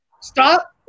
Stop